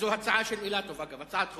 זו הצעה של אילטוב, אגב, הצעת חוק,